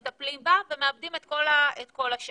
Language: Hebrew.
מטפלים בה ומאבדים את כל השאר,